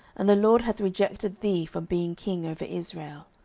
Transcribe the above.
and the lord hath rejected thee from being king over israel.